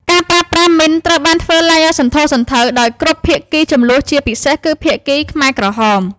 ការប្រើប្រាស់មីនត្រូវបានធ្វើឡើងយ៉ាងសន្ធោសន្ធៅដោយគ្រប់ភាគីជម្លោះ ជាពិសេសគឺខាងភាគីខ្មែរក្រហម។